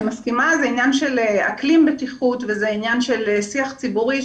זה עניין של אקלים בטיחות ועניין של שיח ציבורי.